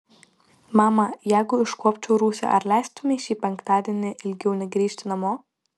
mama jeigu iškuopčiau rūsį ar leistumei šį penktadienį ilgiau negrįžti namo